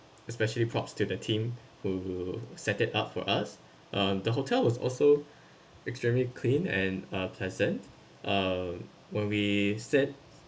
especially props to the team who set it up for us um the hotel was also extremely clean and uh pleasant uh when we said